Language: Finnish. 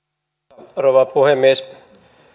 arvoisa rouva puhemies